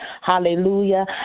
Hallelujah